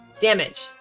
Damage